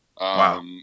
Wow